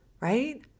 right